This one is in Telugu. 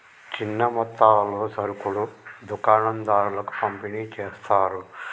చిన్న మొత్తాలలో సరుకులు దుకాణం దారులకు పంపిణి చేస్తారు